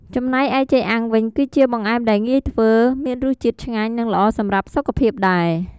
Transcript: ចំណែកឯចេកអាំងវិញ គឺជាបង្អែមដែលងាយធ្វើ មានរសជាតិឆ្ងាញ់ និងល្អសម្រាប់សុខភាពដែរ។